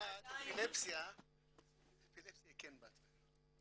------ אפילפסיה היא כן בהתוויה.